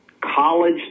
college